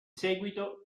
seguito